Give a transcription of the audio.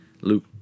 Luke